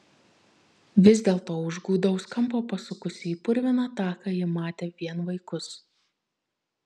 vis dėlto už gūdaus kampo pasukusi į purviną taką ji matė vien vaikus